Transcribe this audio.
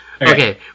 okay